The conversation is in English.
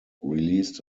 released